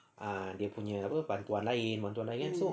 ah dia punya apa bantuan lain bantuan lain so